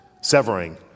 Severing